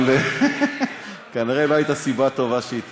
אבל כנראה לא הייתה סיבה טובה שהיא תהיה.